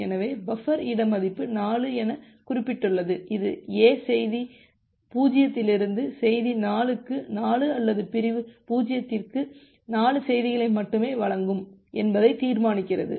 எனவே பஃபர் இட மதிப்பு 4 என குறிப்பிடப்பட்டுள்ளது இது A செய்தி 0 இலிருந்து செய்தி 4 க்கு 4 அல்லது பிரிவு 0 க்கு 4 செய்திகளை மட்டுமே வழங்கும் என்பதை தீர்மானிக்கிறது